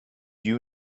you